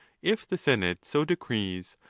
if the senate so decrees,